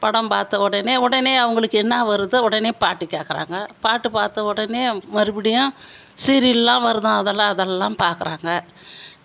படம் பார்த்த உடனே உடனே அவங்களுக்கு என்ன வருதோ உடனே பாட்டு கேட்குறாங்க பாட்டு பார்த்த உடனே மறுபடியும் சீரியல்லாம் வருதாம் அதெல்லாம் அதெல்லாம் பார்க்குறாங்க